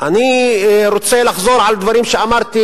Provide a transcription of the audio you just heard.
אני רוצה לחזור על דברים שאמרתי,